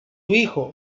hijo